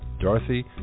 Dorothy